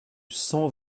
cent